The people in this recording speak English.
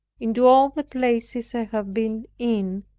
into all the places i have been in,